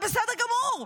בסדר גמור.